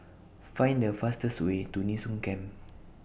Find The fastest Way to Nee Soon Camp